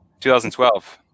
2012